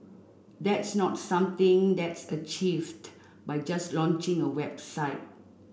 that's not something that's achieved by just launching a website